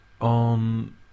on